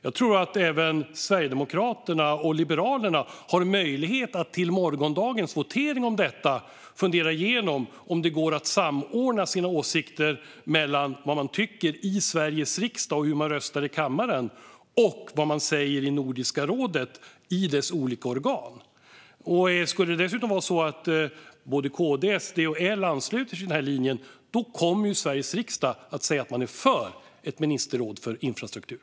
Jag tror att även Sverigedemokraterna och Liberalerna har möjlighet att till morgondagens votering om detta fundera igenom om det går att samordna sina åsikter mellan vad man tycker i Sveriges riksdag och hur man röstar i kammaren och vad man säger i Nordiska rådet i dess olika organ. Skulle det dessutom vara så att både KD, SD och L ansluter sig till den här linjen kommer ju Sveriges riksdag att säga att man är för ett ministerråd för infrastruktur.